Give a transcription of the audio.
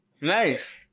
Nice